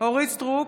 אורית מלכה סטרוק,